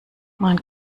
man